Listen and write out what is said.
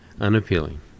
unappealing